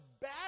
bad